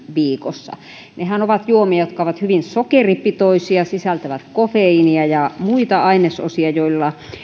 viikossa nehän ovat juomia jotka ovat hyvin sokeripitoisia sisältävät kofeiinia ja muita ainesosia joilla